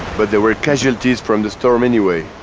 but there were casualties from the storm anyway.